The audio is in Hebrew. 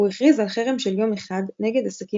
הוא הכריז על חרם של יום אחד נגד עסקים